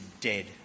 dead